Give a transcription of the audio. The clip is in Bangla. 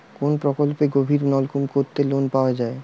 কোন প্রকল্পে গভির নলকুপ করতে লোন পাওয়া য়ায়?